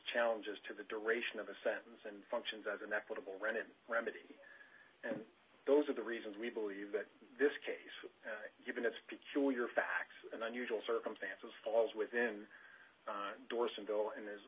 challenges to the duration of a sentence and functions as an equitable rennet remedy and those are the reasons we believe that this case given its peculiar facts and unusual circumstances falls within dorson bill and as